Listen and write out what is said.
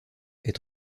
est